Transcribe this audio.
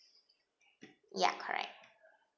ya correct